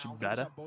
better